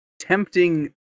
tempting